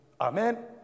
Amen